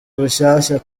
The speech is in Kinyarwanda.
bushyashya